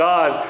God